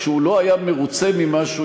כשהוא לא היה מרוצה ממשהו,